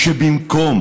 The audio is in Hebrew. שבמקום